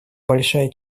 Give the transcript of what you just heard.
большая